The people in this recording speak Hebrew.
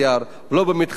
ולא במתחם כולו.